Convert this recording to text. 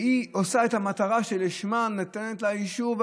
והיא עושה את המטרה שלשמה ניתן לה אישור.